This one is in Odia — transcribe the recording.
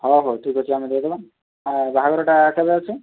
ହଁ ହେଉ ଠିକ୍ ଅଛି ଆମେ ଦେଇଦେବା ବାହାଘରଟା କେବେ ଅଛି